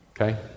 Okay